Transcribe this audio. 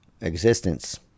existence